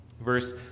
Verse